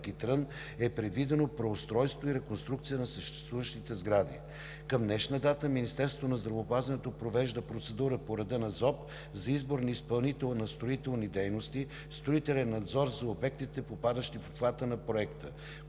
и Трън е предвидено преустройство и реконструкция на съществуващите сгради. Към днешна дата Министерството на здравеопазването провежда процедура по реда на ЗОП за избор на изпълнител на строителните дейности и строителен надзор за обектите, попадащи в обхвата на Проекта.